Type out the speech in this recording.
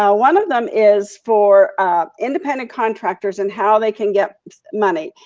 ah one of them is for independent contractors, and how they can get money.